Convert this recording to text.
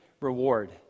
reward